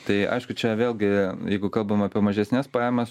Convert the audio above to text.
tai aišku čia vėlgi jeigu kalbam apie mažesnes pajamas